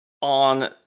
On